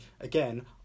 again